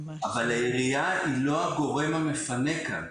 אבל העיריה היא לא הגורם המפנה כאן.